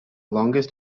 longest